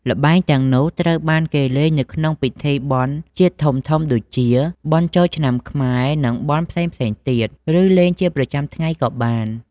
ល្បែងទាំងនោះត្រូវបានគេលេងនៅក្នុងពិធីបុណ្យជាតិធំៗដូចជា បុណ្យចូលឆ្នាំខ្មែរ និងបុណ្យផ្សេងៗទៀត ឬលេងជាប្រចាំថ្ងៃក៏បាន។